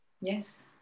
Yes